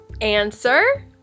Answer